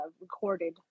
recorded